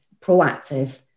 proactive